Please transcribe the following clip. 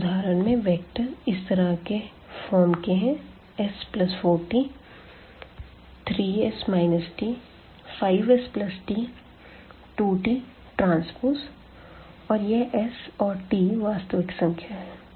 पिछले उदाहरण में वेक्टर इस तरह के फॉर्म के है s4t3s t5st2tTऔर यह s और tवास्तविक संख्या है